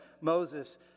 Moses